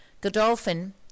Godolphin